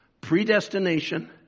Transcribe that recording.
predestination